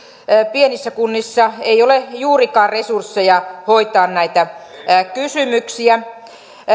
pienissä kunnissa ei ole juurikaan resursseja hoitaa näitä kysymyksiä